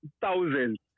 Thousands